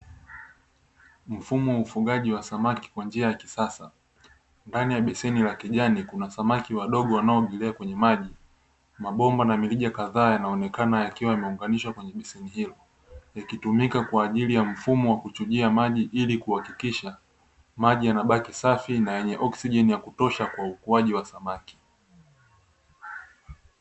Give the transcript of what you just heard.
Mfumo wa ufugaji wa samaki kwa njia ya kisasa, ndani ya beseni la kijani kuna samaki wadogo wanaoogelea kwenye maji. Mabomba na mirija kadhaa yanaonekana yakiwa yameunganishwa kwenye beseni hilo yakitumika kwa ajili ya mfumo wa kuchujia maji ili kuhakikisha maji yanabaki safi na yenye oksijeni ya kutosha kwa ukuaji wa samaki.